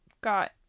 got